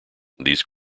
these